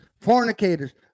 fornicators